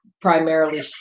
primarily